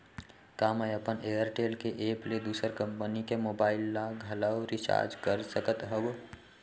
का मैं अपन एयरटेल के एप ले दूसर कंपनी के मोबाइल ला घलव रिचार्ज कर सकत हव?